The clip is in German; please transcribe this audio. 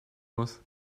muss